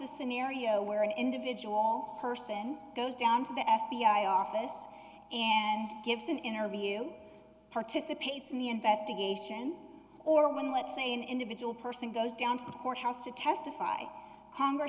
the scenario where an individual person goes down to the f b i office and gives an interview participates in the investigation or when let's say an individual person goes down to the courthouse to testify